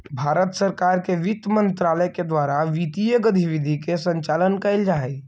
भारत सरकार के वित्त मंत्रालय के द्वारा वित्तीय गतिविधि के संचालन कैल जा हइ